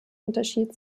unterschied